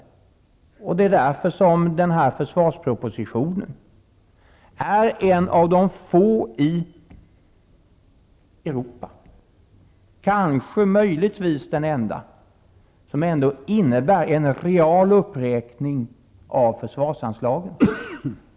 Det är därför som den här försvarspropositionen är en av de få propositioner som läggs fram i Europa -- möjligvis den enda -- där försvarsanslagen realt räknas upp.